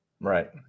Right